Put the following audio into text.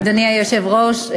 אדוני היושב-ראש,